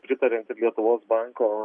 pritariant lietuvos banko